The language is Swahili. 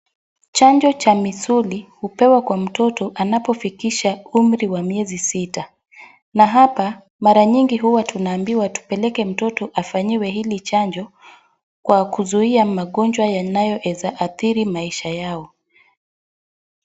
Chanjo cha misuli hupewa kwa mtoto anapofikisha umri wa miezi sita. Na hapa, mara nyingi huwa tunaambiwa tupeleke mtoto afanyiwe hili chanjo kwa kuzuia magonjwa yanayoeza adhiri maisha yao.